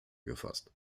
gefasst